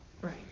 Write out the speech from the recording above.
Right